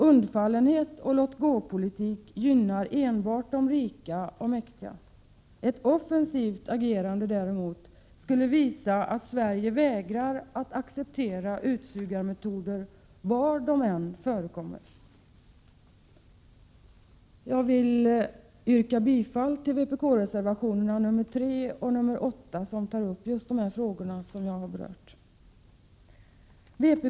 Undfallenhet och låt-gå-politik gynnar enbart de rika och mäktiga. Ett offensivt agerande däremot skulle visa att Sverige vägrar att acceptera utsugarmetoder var de än förekommer. Jag ber att få yrka bifall till vpk-reservationerna nr 3 och 8, där just de frågor som jag har berört tas upp.